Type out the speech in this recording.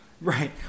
Right